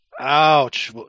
Ouch